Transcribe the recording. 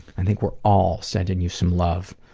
and think we're all sending you some love.